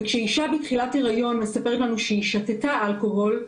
כשאישה בתחילת היריון מספרת לנו שהיא שתתה אלכוהול,